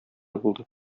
булды